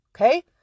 Okay